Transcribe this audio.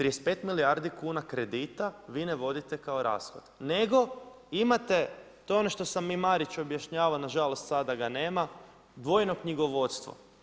35 milijardi kuna kredita vi ne vodite kao rashod, nego imate to ono što sam i Mariću objašnjavao, na žalost sada ga nema, dvojno knjigovodstvo.